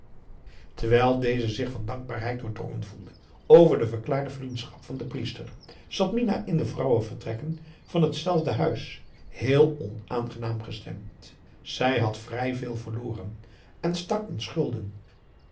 terwijl deze zich van dankbaarheid doordrongen voelde over de verklaarde vriendschap van den priester zat minah in de vrouwenvertrekken van hetzelfde huis heel onaangenaam gestemd zij had vrij veel verloren en stak in schulden